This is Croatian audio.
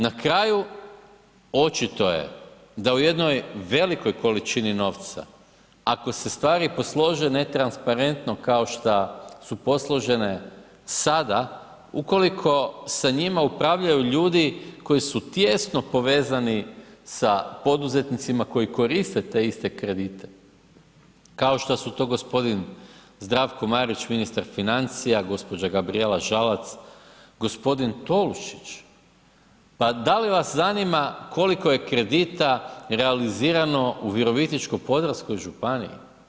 Na kraju, očito je da u jednoj velikoj količini novca ako se stvari poslože netransparentno kao šta su posložene sada, ukoliko sa njima upravljaju ljudi koji su tijesno povezani sa poduzetnicima koji koriste te iste kredite kao šta su to g. Zdravko Marić, ministar financija, gđa. Gabrijela Žalac, g. Tolušić, pa da li vas zanima koliko je kredite realizirano u Virovitičko-podravskoj županiji?